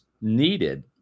needed